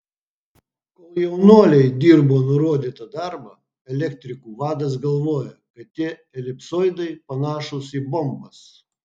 kol jaunuoliai dirbo nurodytą darbą elektrikų vadas galvojo kad tie elipsoidai panašūs į bombas